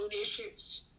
issues